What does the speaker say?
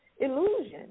illusion